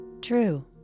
True